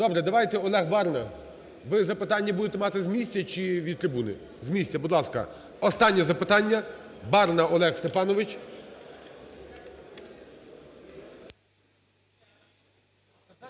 Добре, давайте, Олег Барна. Ви запитання будете мати з місця чи від трибуни? З місця. Будь ласка, останнє запитання, Барна Олег Степанович.